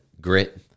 grit